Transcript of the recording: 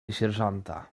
sierżanta